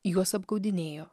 juos apgaudinėjo